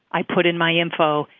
i put in my info,